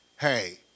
hey